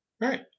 Right